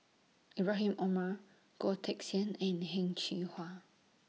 Ibrahim Omar Goh Teck Sian and Heng Cheng Hwa